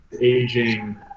Aging